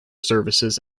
services